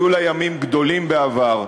היו לה ימים גדולים בעבר,